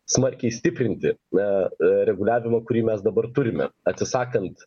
smarkiai stiprinti na a reguliavimo kurį mes dabar turime atsisakant